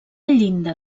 llinda